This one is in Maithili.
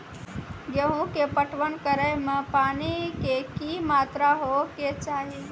गेहूँ के पटवन करै मे पानी के कि मात्रा होय केचाही?